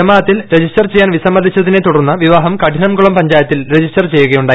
ജമാഅത്തിൽ രജിസ്ടർ ചെയ്യാൻ വിസമ്മതിച്ചതിനെ തുടർന്ന് വിവാഹം കഠിനംകുളം പഞ്ചായത്തിൽ രജിസ്റ്റർ ചെയ്യുകയുണ്ടായി